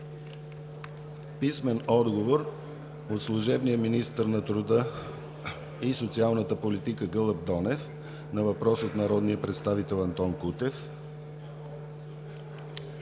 Танева; - служебния министър на труда и социалната политика Гълъб Донев на въпрос от народния представител Антон Кутев;